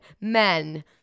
men